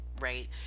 right